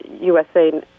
USA